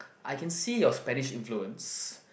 I can see your Spanish influence